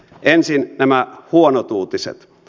ensin nämä huonot uutiset